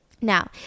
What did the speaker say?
Now